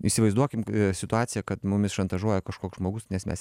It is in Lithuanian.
įsivaizduokim situaciją kad mumis šantažuoja kažkoks žmogus nes mes